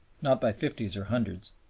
not by fifties or hundreds.